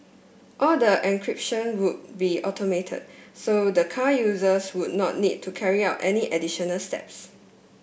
all the encryption would be automated so the car users would not need to carry out any additional steps